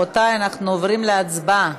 רבותי, אנחנו עוברים להצבעה.